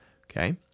Okay